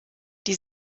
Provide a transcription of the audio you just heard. die